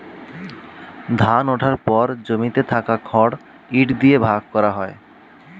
ধান ওঠার পর জমিতে থাকা খড় ইট দিয়ে ভাগ করা হয়